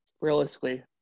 realistically